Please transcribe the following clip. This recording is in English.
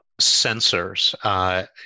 sensors